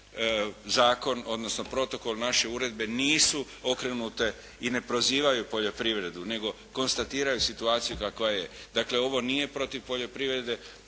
zakon odnosno protokol naše uredbe nisu okrenute i ne prozivaju poljoprivredu nego konstatiraju situaciju kakva je. Dakle, ovo nije protiv poljoprivrede